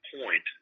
point